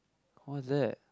what's that